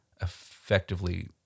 effectively